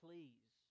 Please